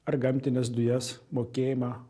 ar gamtines dujas mokėjimą